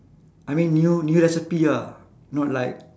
I mean new new recipe ah not like